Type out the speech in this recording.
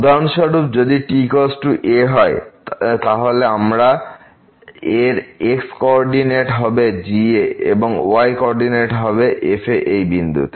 উদাহরণস্বরূপ যদি t a হয় তাহলে আমরা এর x কোঅর্ডিনেট হবে g এবং y কোঅর্ডিনেট হল f এই বিন্দুতে